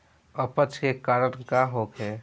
अपच के कारण का होखे?